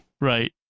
Right